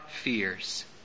fears